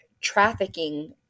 trafficking